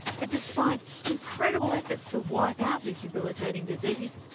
but despite incredible efforts to wipe out this debilitating disease,